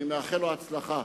ומאחל לו הצלחה.